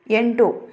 ಎಂಟು